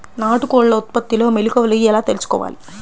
నాటుకోళ్ల ఉత్పత్తిలో మెలుకువలు ఎలా తెలుసుకోవాలి?